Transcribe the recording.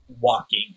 walking